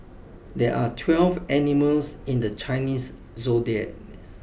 there are twelve animals in the Chinese zodiac